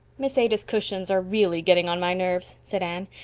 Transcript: miss ada's cushions are really getting on my nerves, said anne.